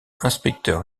inspecteur